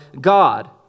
God